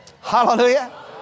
Hallelujah